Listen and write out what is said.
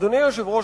אדוני היושב-ראש,